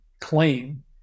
claim